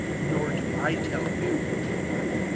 nor do i tell you, he replied,